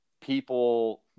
people